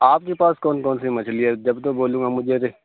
آپ کے پاس کون کون سی مچھلی ہے جب تو بولوں گا مجھے